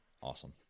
Awesome